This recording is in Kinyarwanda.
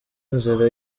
inzira